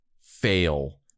fail